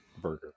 burger